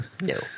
No